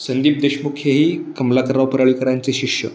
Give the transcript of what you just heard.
संदीप देशमुख हेही कमलाकरराव पराळीकरांचे शिष्य